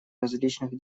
различных